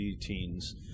teens